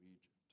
Egypt